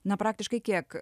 na praktiškai kiek